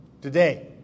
today